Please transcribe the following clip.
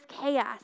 chaos